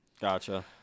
Gotcha